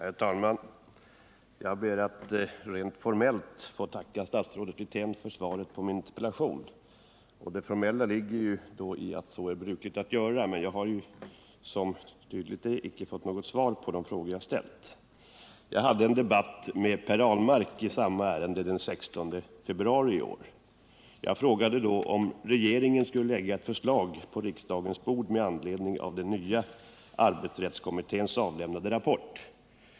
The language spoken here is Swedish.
Herr talman! Jag ber att rent formellt få tacka statsrådet Wirtén för svaret på min fråga. Det formella ligger i att så är brukligt, men jag har ju, som tydligt är, inte fått några svar på de frågor jag ställde. Jag hade en debatt med Per Ahlmark i samma ärende den 16 februari i år. Jag frågade då om regeringen skulle lägga ett förslag på riksdagens bord med anledning av arbetsrättskommitténs avlämnade rapport.